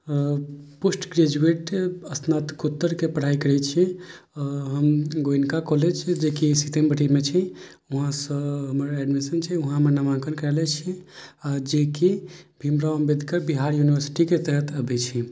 post graduate स्नातकोत्तरके पढ़ाइ करै छियै हम गोयनका कॉलेज जेकि सीतेमढ़ीमे छै वहाँसँ हमर एडमिशन छै वहाँ हमर नामांकन कयले छी जेकि भीम राव अम्बेडकर बिहार युनिवर्सिटीके तहत अबै छै